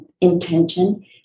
intention